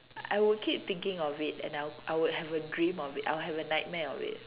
I would keep thinking of it and now I would I would have a dream it I would have a nightmare of it